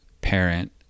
parent